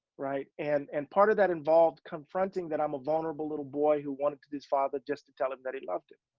right? and and part of that involved confronting that i'm a vulnerable little boy, who wanted his father just to tell him that he loved him.